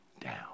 down